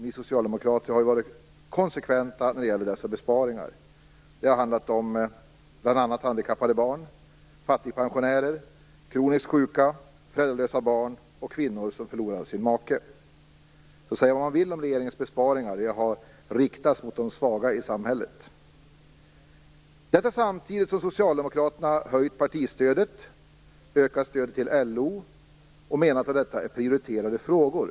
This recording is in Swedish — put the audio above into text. Ni socialdemokrater har varit konsekventa när det gäller dessa besparingar. Det har handlat bl.a. om handikappade barn, fattigpensionärer, kroniskt sjuka, föräldralösa barn och kvinnor som förlorat sin make. Man kan säga vad man vill om regeringens besparingar, men de har riktats mot de svaga i samhället. Samtidigt har Socialdemokraterna höjt partistödet och ökat stödet till LO. Man menar att detta är prioriterade frågor.